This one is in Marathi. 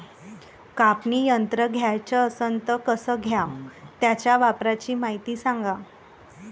कापनी यंत्र घ्याचं असन त कस घ्याव? त्याच्या वापराची मायती सांगा